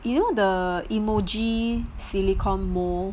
you know the emoji silicon mold